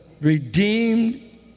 redeemed